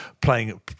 playing